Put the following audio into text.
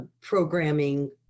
programming